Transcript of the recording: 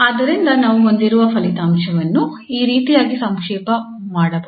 ಆದ್ದರಿಂದ ನಾವು ಹೊಂದಿರುವ ಫಲಿತಾಂಶವನ್ನು ಈ ರೀತಿಯಾಗಿ ಸಂಕ್ಷೇಪ ಮಾಡಬಹುದು